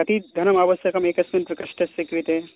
कति धनम् आवश्यकम् एकस्मिन् प्रकोष्ठस्य कृते